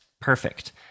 perfect